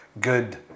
good